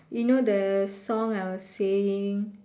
you know the song I was saying